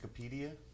Wikipedia